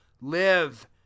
live